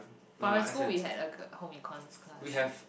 but my school we had a home econs class